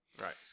Right